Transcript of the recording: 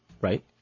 Right